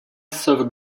sauve